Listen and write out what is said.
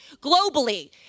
globally